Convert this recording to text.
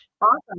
Awesome